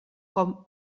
com